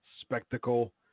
spectacle